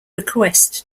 request